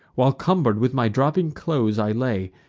while, cumber'd with my dropping clothes, i lay,